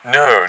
no